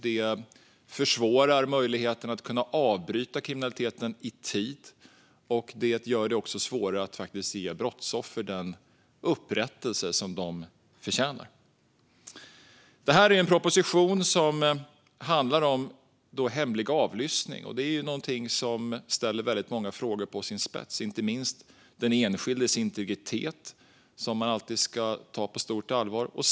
Det försvårar möjligheten att avbryta kriminaliteten i tid. Det gör det även svårare att ge brottsoffer den upprättelse som de förtjänar. Propositionen handlar om hemlig avlyssning, något som ställer många frågor på sin spets. Det gäller inte minst den enskildes integritet, som man alltid ska ta på stort allvar.